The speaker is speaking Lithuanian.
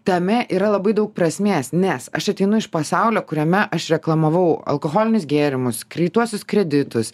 tame yra labai daug prasmės nes aš ateinu iš pasaulio kuriame aš reklamavau alkoholinius gėrimus greituosius kreditus